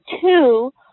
Two